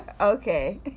Okay